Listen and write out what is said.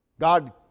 God